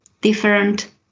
different